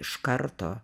iš karto